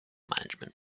management